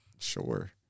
sure